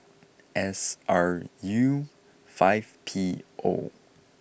S R U five P O